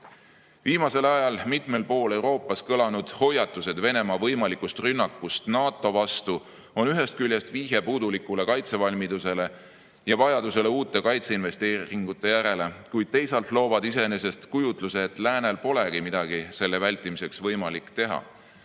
veskile. Viimasel ajal mitmel pool Euroopas kõlanud hoiatused Venemaa võimalikust rünnakust NATO vastu on ühest küljest vihje puudulikule kaitsevalmidusele ja vajadusele uute kaitseinvesteeringute järele, kuid teisalt loovad need iseenesest kujutluse, et läänel polegi midagi selle vältimiseks võimalik teha.